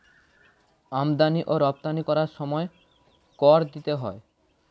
আমদানি ও রপ্তানি করার সময় কর দিতে হয়